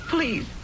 Please